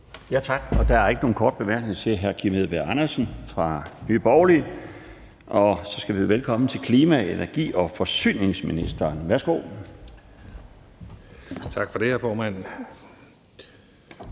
Tak. Der er ikke nogen korte bemærkninger til hr. Kim Edberg Andersen fra Nye Borgerlige. Så skal vi byde velkommen til klima-, energi- og forsyningsministeren. Værsgo. Kl. 15:40 Klima-,